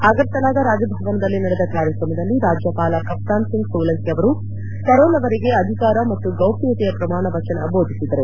ಅಗರ್ತಲಾದ ರಾಜಭವನದಲ್ಲಿ ನಡೆದ ಕಾರ್ಯಕ್ರಮದಲ್ಲಿ ರಾಜ್ಯಪಾಲ ಕಪ್ತಾನ್ ಸಿಂಗ್ ಸೋಲಂಕಿ ಅವರು ಕರೋಲ್ ಅವರಿಗೆ ಅಧಿಕಾರ ಮತ್ತು ಗೌಪ್ಯತೆಯ ಪ್ರಮಾಣವಚನ ಬೋಧಿಸಿದರು